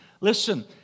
Listen